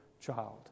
child